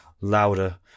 louder